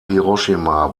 hiroshima